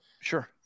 Sure